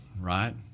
right